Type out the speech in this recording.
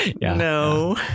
No